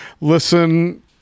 listen –